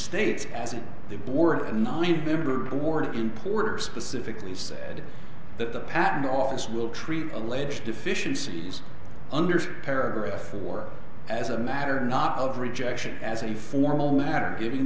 states as if they bore a nine member board in poor specifically said that the patent office will treat alleged deficiencies under paragraph four as a matter not of rejection as a formal matter giving